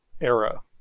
Era